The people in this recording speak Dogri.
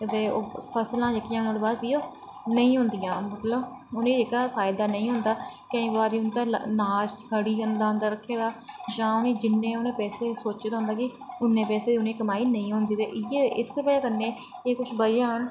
ते फसलां जेह्कियां न ओह्दे बाद ओह् नेईं होंदियां मतलव उनेंगी फायदा नेईं होंदा केईं बारी उंदा नाज सड़ी जंदा अन्दर रक्खे दा जां जिन्ने उनैं पैसे सोचे दा होंदा उन्ने पैसे उनेगी कमाई नेईं होंदी ते इस्सै इयै कुश बजाह न